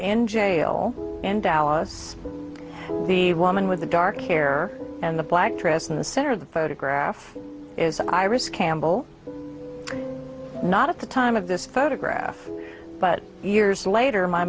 in jail and alice the woman with the dark hair and the black dress in the center of the photograph is iris campbell not at the time of this photograph but years later my